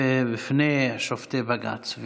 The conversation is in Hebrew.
בפני שופטי בג"ץ.